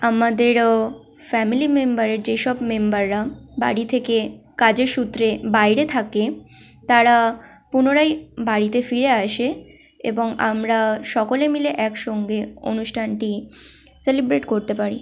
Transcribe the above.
আমাদের ফ্যামেলি মেম্বারের যেসব মেম্বাররা বাড়ি থেকে কাজের সূত্রে বাইরে থাকে তারা পুনরায় বাড়িতে ফিরে আসে এবং আমরা সকলে মিলে একসঙ্গে অনুষ্ঠানটি সেলিব্রেট করতে পারি